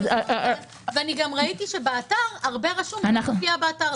וגם ראיתי שבאתר הרבה רשום: מופיע באתר,